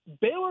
Baylor